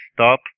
stop